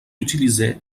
utilisées